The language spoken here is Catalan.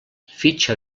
fitxa